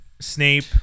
Snape